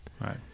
Right